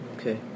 Okay